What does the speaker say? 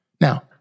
Now